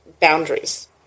boundaries